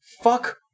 Fuck